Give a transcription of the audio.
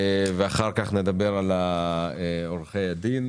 אחר כך נדבר על עורכי הדין,